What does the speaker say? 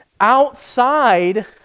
outside